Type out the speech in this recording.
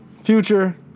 future